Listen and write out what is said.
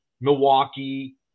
Milwaukee